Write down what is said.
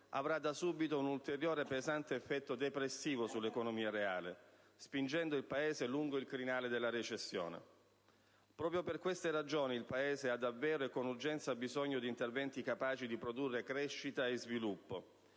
avrà da subito un ulteriore pesante effetto depressivo sull'economia reale, spingendo il Paese lungo il crinale della recessione. Proprio per queste ragioni il Paese ha davvero e con urgenza bisogno di interventi capaci di produrre crescita e sviluppo,